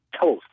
toast